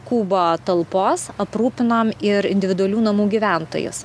kubo talpos aprūpinom ir individualių namų gyventojus